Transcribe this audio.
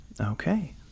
Okay